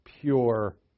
pure